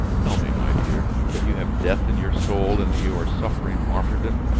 tell me, my dear, that you have death in your soul and that you are suffering martyrdom.